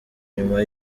nyuma